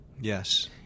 Yes